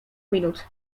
minut